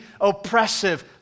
oppressive